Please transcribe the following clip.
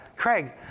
Craig